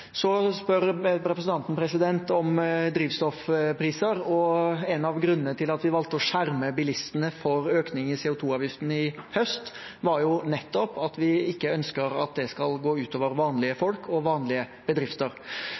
Så spør representanten om drivstoffpriser. En av grunnene til at vi valgte å skjerme bilistene for økning i CO 2 -avgiften i høst, var nettopp at vi ikke ønsker at det skal gå ut over vanlige folk og vanlige bedrifter.